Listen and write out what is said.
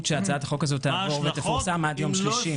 שהצעת החוק הזאת תפורסם עד יום שלישי.